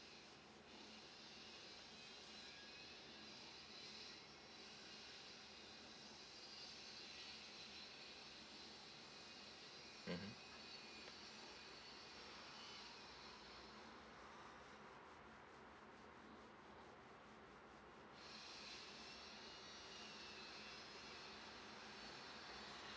mmhmm